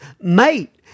mate